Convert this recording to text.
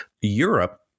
Europe